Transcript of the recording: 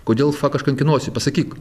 kodėl fak aš kankinuosi pasakyk